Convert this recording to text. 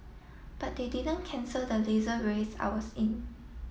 but they didn't cancel the Laser Race I was in